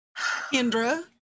Kendra